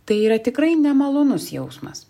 tai yra tikrai nemalonus jausmas